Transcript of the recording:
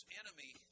enemy